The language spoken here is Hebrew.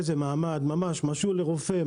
איזה מעמד ממש משול לרופא,